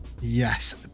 Yes